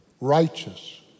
righteous